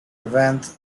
event